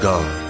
God